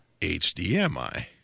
HDMI